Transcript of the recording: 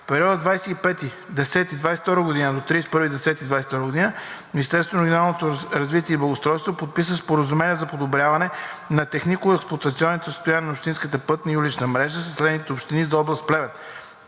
В периода от 25 до 31 октомври 2022 г. Министерството на регионалното развитие и благоустройството подписа споразумения за подобряване на технико-експлоатационното състояние на общинска пътна и улична мрежа със следните общини за област Плевен: